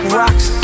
rocks